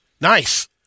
Nice